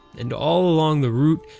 and all along the route,